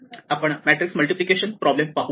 आपण matrix multiplication problem पाहू